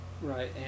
Right